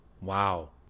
Wow